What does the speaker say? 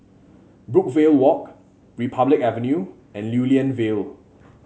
Brookvale Walk Republic Avenue and Lew Lian Vale